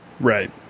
Right